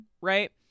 right